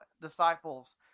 disciples